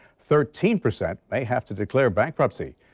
thirteen percent they have to declare bankruptcy.